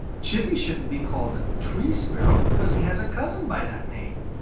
chippy shouldn't be called tree sparrow, because he has a cousin by that name.